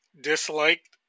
disliked